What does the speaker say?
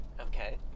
Okay